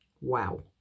Wow